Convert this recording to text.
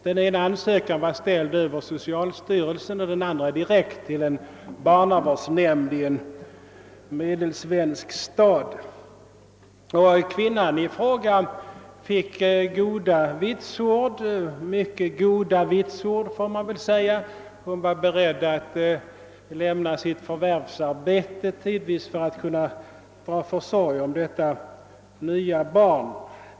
Den ena ansökan var ingiven över socialstyrelsen, den andra var ställd direkt till barnavårdsnämnden i en mellansvensk stad. Denna kvinna fick mycket goda vitsord och var bland annat beredd att tidvis lämna sitt förvärvsarbete för att dra försorg om detta nya barn.